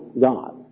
God